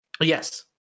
Yes